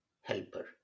helper